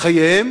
חייהם